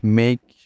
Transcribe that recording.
make